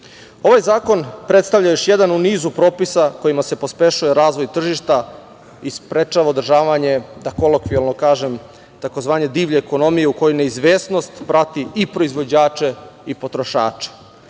zakon predstavlja još jedan u nizu propisa kojima se pospešuje razvoj tržišta i sprečava održavanje, da kolokvijalno kažem tzv. divlje ekonomije u koju neizvesnost prati i proizvođače i potrošače.